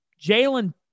Jalen